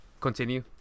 continue